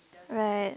right